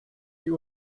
die